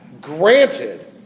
granted